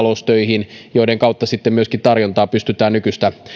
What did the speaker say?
liittyä muihin kotitaloustöihin joiden kautta sitten myöskin tarjontaa pystytään nykyistä